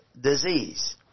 disease